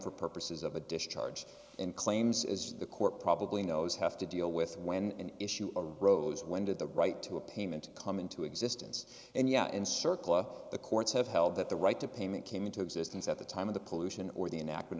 for purposes of a discharge and claims as the court probably knows have to deal with when an issue arose when did the right to a payment come into existence and yeah and circle of the courts have held that the right to payment came into existence at the time of the pollution or the